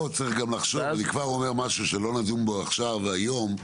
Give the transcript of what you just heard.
לא נדון בזה היום,